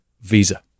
visa